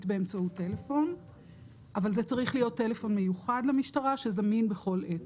באמצעות טלפון אבל זה צריך להיות טלפון מיוחד למשטרה שזמין בכל עת.